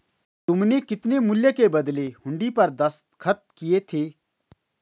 तुमने कितने मूल्य के बदले हुंडी पर दस्तखत किए थे?